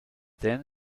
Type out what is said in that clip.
then